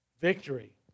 Victory